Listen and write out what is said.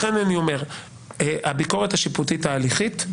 הביקורת השיפוטית ההליכית,